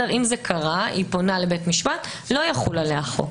היא פונה לבית משפט לא יחול עליה החוק.